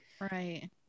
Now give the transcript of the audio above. Right